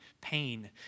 pain